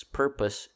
purpose